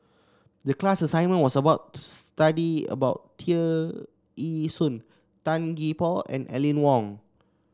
the class assignment was about to study about Tear Ee Soon Tan Gee Paw and Aline Wong